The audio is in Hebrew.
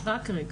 רק רגע,